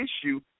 issue